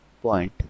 Point